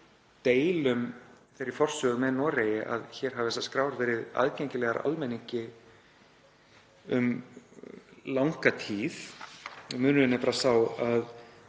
deilum þeirri forsögu með Noregi að hér hafa þessar skrár verið aðgengilegar almenningi um langa tíð. Munurinn er bara sá að